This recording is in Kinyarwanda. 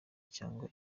cyangwa